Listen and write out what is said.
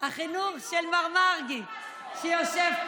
החינוך של מר מרגי, שיושב פה.